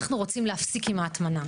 אנחנו רוצים להפסיק עם ההטמנה,